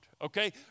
okay